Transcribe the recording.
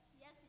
Yes